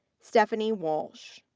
stefanie walsh.